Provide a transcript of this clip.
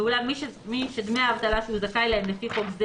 ואולם מי שדמי אבטלה שהוא זכאי להם לפי חוק זה